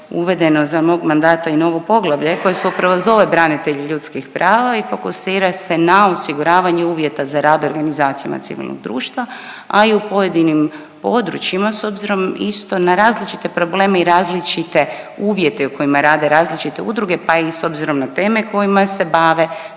uvedeno za mog mandata i novo poglavlja koje se upravo zove branitelji ljudskih prava i fokusira se na osiguravanje uvjeta za rad organizacijama civilnog društva, a i u pojedinim područjima s obzirom isto na različite probleme i različite uvjete u kojima rade različite udruge, pa i s obzirom na teme kojima se bave,